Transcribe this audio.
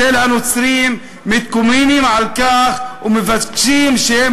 של הנוצרים מתקוממים על כך ומבקשים שהם